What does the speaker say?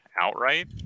outright